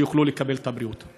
שיוכלו לקבל את הבריאות.